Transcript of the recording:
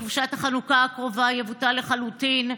ובחופשת החנוכה הקרובה זה יבוטל לחלוטין,